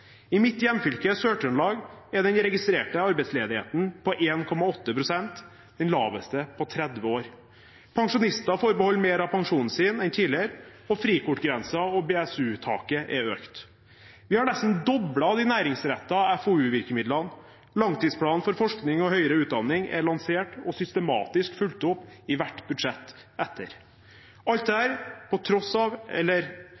I mitt hjemfylke, Sør-Trøndelag, er den registrerte arbeidsledigheten på 1,8 pst., den laveste på 30 år. Pensjonister får beholde mer av pensjonen sin enn tidligere, og frikortgrensen og BSU-taket er økt. Vi har nesten doblet de næringsrettede FoU-virkemidlene. Langtidsplanen for forskning og høyere utdanning er lansert og systematisk fulgt opp i hvert budsjett etterpå. Alt dette på tross av – eller